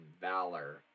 Valor